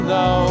no